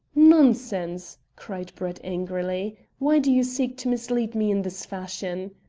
nonsense, cried brett angrily. why do you seek to mislead me in this fashion?